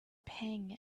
pang